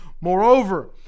Moreover